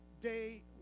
day